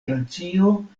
francio